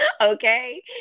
okay